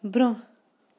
برٛونٛہہ